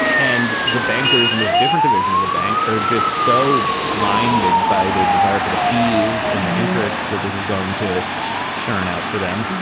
and the bankers in this different division of the bank are just so blinded by the desire for the fees and the interest that this is going to churn out for them,